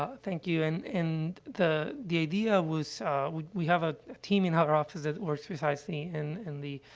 ah thank you, and and the the idea was, ah, we we have a team in our office that works besides me, in in the